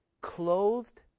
clothed